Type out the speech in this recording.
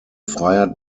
freiheit